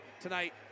tonight